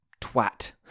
twat